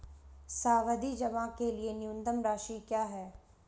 सावधि जमा के लिए न्यूनतम राशि क्या है?